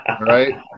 Right